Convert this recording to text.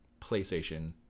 PlayStation